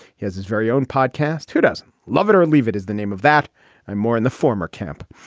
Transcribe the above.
he has his very own podcast. who doesn't love it or leave it is the name of that and ah more in the former camp.